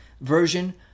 version